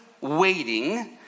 waiting